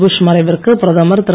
push மறைவிற்கு பிரதமர் திரு